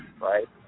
Right